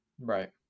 Right